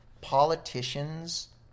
Politicians